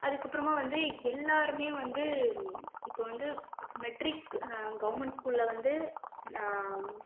அதுக்கப்புறமா வந்து எல்லாருமே வந்து இப்போ வந்து மெட்ரிக் கவர்மெண்ட் ஸ்கூல்ல வந்து